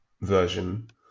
version